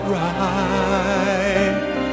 right